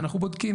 אנחנו בודקים,